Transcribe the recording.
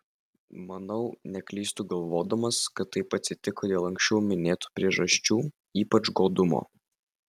manau neklystu galvodamas kad taip atsitiko dėl anksčiau minėtų priežasčių ypač godumo